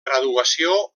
graduació